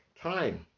time